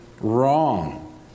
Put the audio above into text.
wrong